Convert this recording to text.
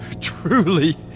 Truly